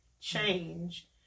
change